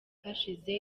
hashize